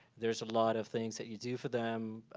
there's a lot of things that you do for them.